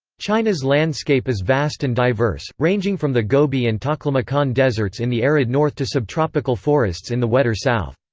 china's landscape is vast and diverse, ranging from the gobi and taklamakan deserts in the arid north to subtropical forests in the wetter south.